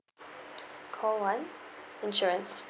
call one insurance